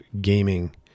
gaming